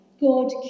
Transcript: God